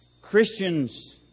Christians